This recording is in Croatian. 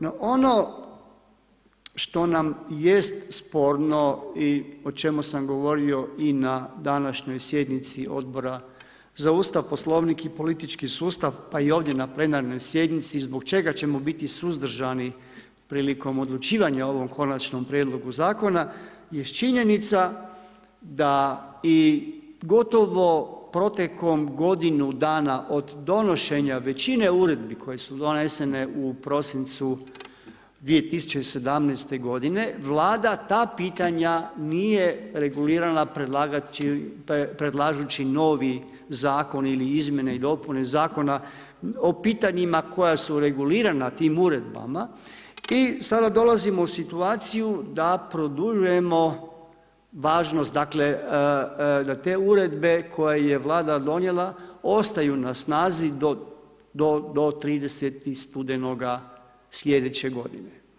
No ono što nam jest sporno i o čemu sam govorio i na današnjoj sjednici Odbora za Sustav, Poslovnik i politički sustav pa i ovdje na plenarnoj sjednici, zbog čega ćemo biti suzdržani prilikom odlučivanja o ovom konačnom prijedlogu zakona jest činjenica da i gotovo protekom godinu dana od donošenja većine uredbi koje su donesene u prosincu 2017. g., Vlada ta pitanja nije regulirala predlažući novi zakon ili izmjene i dopune zakona o pitanjima koja su regulirana tim uredbama i sada dolazimo u situaciju da produljujemo važnost, dakle da te uredbe koje je Vlada donijela, ostaju na snazi do 30. studenoga slijedeće godine.